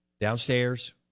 downstairs